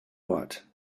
what